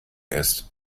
ist